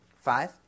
Five